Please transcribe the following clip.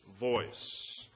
voice